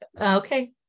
Okay